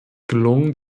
gelungen